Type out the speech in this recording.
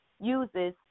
uses